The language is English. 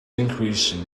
increasing